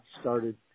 started